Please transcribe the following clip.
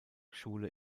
schule